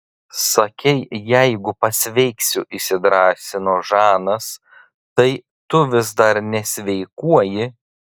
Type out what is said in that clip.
sakei jeigu pasveiksiu įsidrąsino žanas tai tu vis dar nesveikuoji